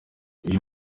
uyu